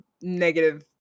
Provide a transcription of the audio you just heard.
negative